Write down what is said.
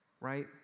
right